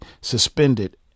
suspended